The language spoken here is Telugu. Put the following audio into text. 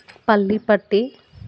పల్లీ పట్టీ